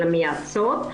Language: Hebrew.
אלא מייעצות.